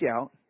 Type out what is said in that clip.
out